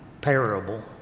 parable